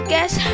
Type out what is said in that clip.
Guess